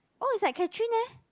oh it's like Catherine leh